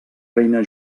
reina